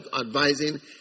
advising